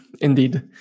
Indeed